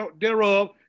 thereof